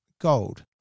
gold